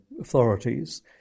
authorities